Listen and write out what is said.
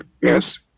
Yes